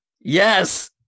Yes